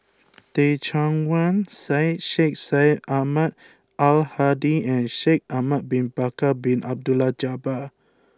Teh Cheang Wan Syed Sheikh Syed Ahmad Al Hadi and Shaikh Ahmad Bin Bakar Bin Abdullah Jabbar